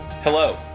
Hello